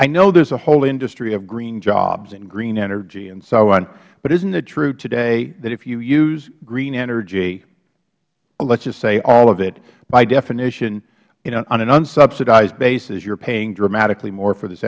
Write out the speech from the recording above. i know there is a whole industry of green jobs and green energy and so on but isn't it true today that if you use green energy let's just say all of it by definition on an unsubsidized basis you are paying dramatically more for this